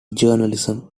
journalism